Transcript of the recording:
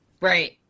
right